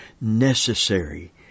necessary